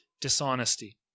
dishonesty